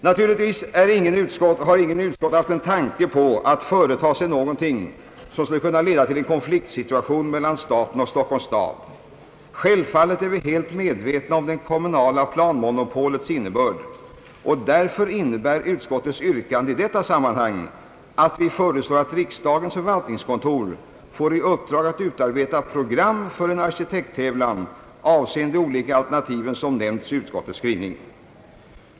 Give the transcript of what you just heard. Naturligtvis har ingen i utskottet haft en tanke på att företaga sig något som skulle leda till en konfliktsituation mellan staten och Stockholms stad. Självfallet är vi helt medvetna om det kommunala planmonopolets innebörd, och därför innebär utskottets yrkande i detta sammanhang ett förslag att riksdagens förvaltningskontor får i uppdrag att utarbeta program för en arkitekttävlan avseende de olika alternativ som nämns i utskottets skrivning.